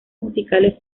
musicales